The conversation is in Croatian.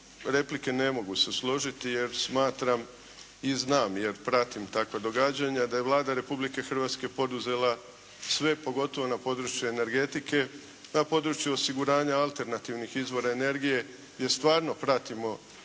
replike ne mogu se složiti jer smatram i znam jer pratim takva događanja da je Vlada Republike Hrvatske poduzela sve pogotovo na području energetike, na području osiguranja alternativnih izvora energije gdje stvarno pratimo